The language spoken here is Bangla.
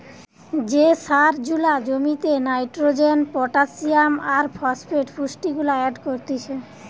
যে সার জুলা জমিতে নাইট্রোজেন, পটাসিয়াম আর ফসফেট পুষ্টিগুলা এড করতিছে